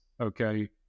okay